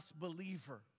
believer